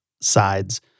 sides